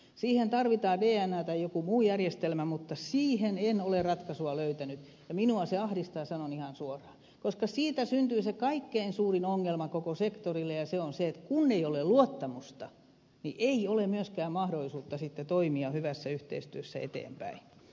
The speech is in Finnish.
siihen tarvitaan dna tai joku muu järjestelmä mutta siihen en ole ratkaisua löytänyt ja minua se ahdistaa sanon ihan suoraan koska siitä syntyy se kaikkein suurin ongelma koko sektorille ja se on se että kun ei ole luottamusta niin ei ole myöskään mahdollisuutta sitten toimia hyvässä yhteistyössä eteenpäin